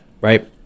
right